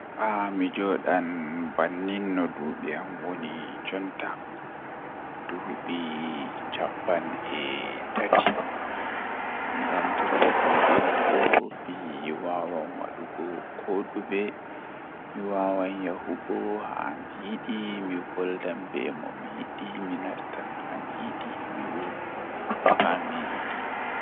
Ah mi Joodan bannin no dubi am woni jotta miɗon mari duuɓi cappan e tati ngam jotta ɗuuɓi am do mi wawan wadugo kodume mi wawan yahugo haa miyidi mi voldan be mo miyidi mi nastan hami yidi mi wurto hamiyidi